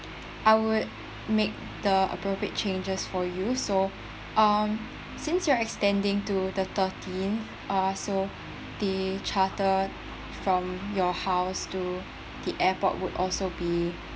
I would make the appropriate changes for you so um since you are extending to the thirteenth uh so the charter from you house to the airport would also be